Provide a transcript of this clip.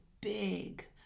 big